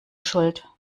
schuld